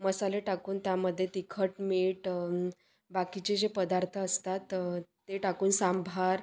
मसाले टाकून त्यामध्ये तिखट मीठ बाकीचे जे पदार्थ असतात ते टाकून सांबार